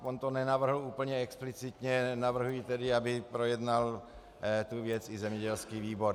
On to nenavrhl úplně explicitně, navrhuji tedy, aby projednal tu věc i zemědělský výbor.